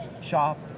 shop